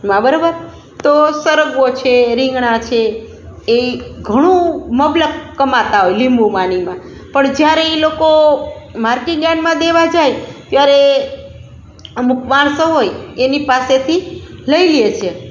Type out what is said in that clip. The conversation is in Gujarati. માં બરોબર તો સરગવો છે રીંગણાં છે એ ઘણું મબલખ કમાતા હોય લીંબુમાં ને એમાં પણ જ્યારે એ લોકો માર્કેટ યાર્ડમાં દેવા જાય ત્યારે અમુક માણસો હોય એની પાસેથી લઈ લે છે